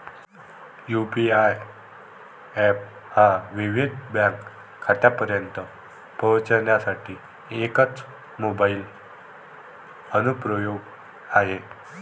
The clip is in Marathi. यू.पी.आय एप हा विविध बँक खात्यांपर्यंत पोहोचण्यासाठी एकच मोबाइल अनुप्रयोग आहे